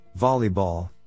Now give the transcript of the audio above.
volleyball